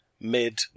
mid